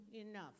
enough